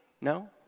No